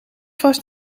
vast